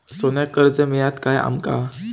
सोन्याक कर्ज मिळात काय आमका?